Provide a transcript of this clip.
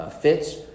fits